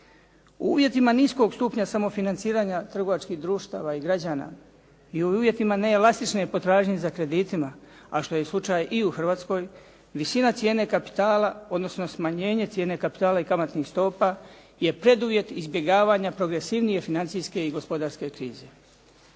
U uvjetima niskog stupnja samofinanciranja trgovačkih društava i građana i u uvjetima neelastične potražnje za kreditima, a što je slučaj i u Hrvatskoj, visina cijene kapitala odnosno smanjenje cijene kapitala i kamatnih stopa je preduvjet izbjegavanja progresivnije financijske i gospodarske krize.